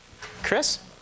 Chris